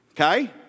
Okay